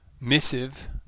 missive